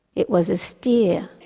it was a steer,